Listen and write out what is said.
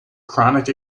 chronic